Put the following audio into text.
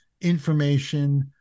information